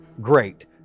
great